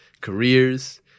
careers